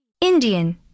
Indian